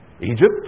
Egypt